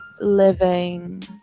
living